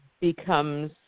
becomes